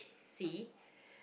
C